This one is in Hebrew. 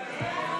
לא